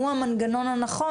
הוא המנגנון הנכון,